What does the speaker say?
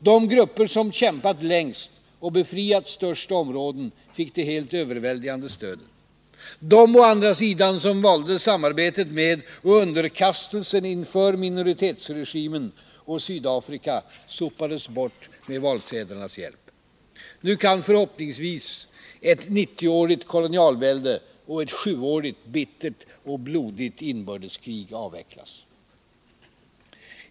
De grupper som kämpat längst och befriat störst områden fick det helt överväldigande stödet. De å andra sidan som valde samarbetet med och underkastelsen inför minoritetsregimen och Sydafrika sopades bort med valsedlarnas hjälp. Nu kan förhoppningsvis ett nittioårigt kolonialvälde och ett sjuårigt bittert och blodigt inbördeskrig avvecklas.